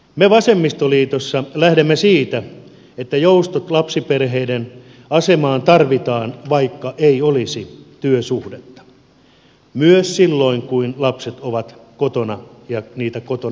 me vasemmistoliitossa lähdemme siitä että joustot lapsiperheiden asemaan tarvitaan vaikka ei olisi työsuhdetta myös silloin kun lapset ovat kotona ja heitä kotona hoidetaan